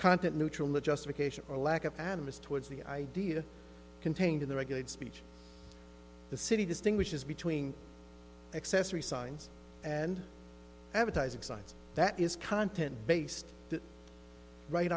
content neutral a justification or a lack of animus towards the idea contained in the regulate speech the city distinguishes between accessory signs and ever ties excites that is content based right